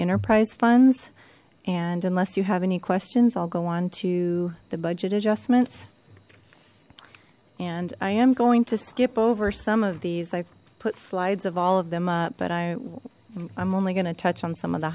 enterprise funds and unless you have any questions i'll go on to the budget adjustments and i am going to skip over some of these i've put slides of all of them up but i i'm only going to touch on some of the